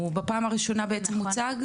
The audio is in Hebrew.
הוא בפעם הראשונה בעצם הוצג?